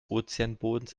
ozeanbodens